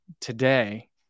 today